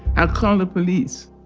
i'll call the police